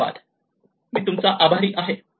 धन्यवाद मी तूमचा आभारी आहे